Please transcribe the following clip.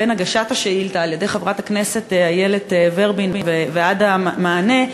בין הגשת השאילתה על-ידי חברת הכנסת איילת ורבין ועד המענה,